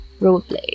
roleplay